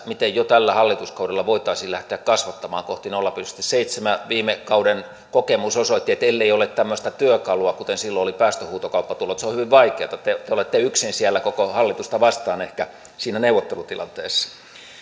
miten jo tällä hallituskaudella voitaisiin lähteä kasvattamaan kohti nolla pilkku seitsemää viime kauden kokemus osoitti että ellei ole tämmöistä työkalua kuten silloin oli päästöhuutokauppatulot se on hyvin vaikeata te te olette siellä ehkä yksin koko hallitusta vastaan siinä neuvottelutilanteessa